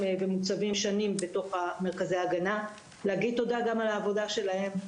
על העבודה שלהם.